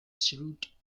shrewd